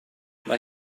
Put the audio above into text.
mae